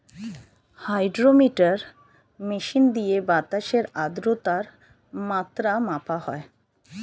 hydrometer machine দিয়ে বাতাসের আদ্রতার মাত্রা মাপা হয়